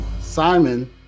Simon